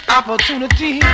opportunity